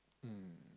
um